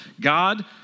God